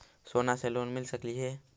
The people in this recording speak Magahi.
सोना से लोन मिल सकली हे?